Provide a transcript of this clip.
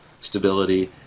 stability